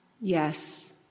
yes